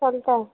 चलता